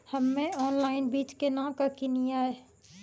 हम्मे ऑनलाइन बीज केना के किनयैय?